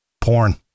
porn